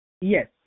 Yes